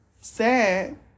sad